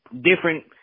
different